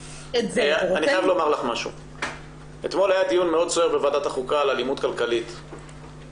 אתמול היה דיון מאוד סוער בוועדת החוקה על אלימות כלכלית ויש